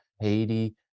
Haiti